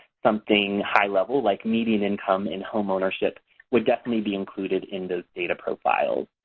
something high-level like median income in homeownership will definitely be included in those data profiles.